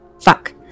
fuck